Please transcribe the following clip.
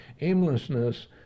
aimlessness